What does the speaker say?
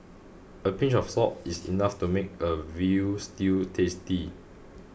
a pinch of salt is enough to make a veal stew tasty